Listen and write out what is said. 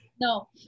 No